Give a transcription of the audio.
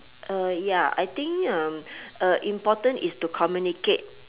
uh ya I think um uh important is to communicate